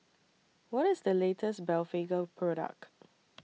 What IS The latest Blephagel Product